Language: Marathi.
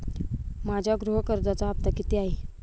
माझ्या गृह कर्जाचा हफ्ता किती आहे?